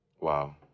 Wow